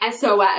SOS